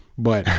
but